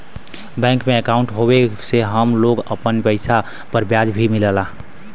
bank में अंकाउट होये से हम लोग अपने पइसा पर ब्याज भी मिलला